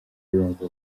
yumva